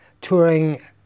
touring